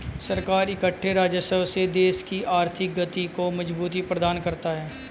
सरकार इकट्ठे राजस्व से देश की आर्थिक गति को मजबूती प्रदान करता है